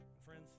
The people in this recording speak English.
Friends